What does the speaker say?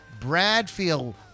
Bradfield